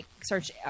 search